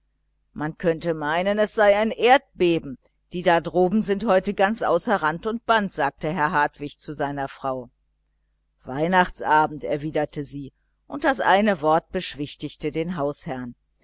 man könnte meinen es sei ein erdbeben die da droben sind heute ganz außer rand und band sagte herr hartwig zu seiner frau weihnachtsabend entgegnete sie und das eine wort beschwichtigte den hausherrn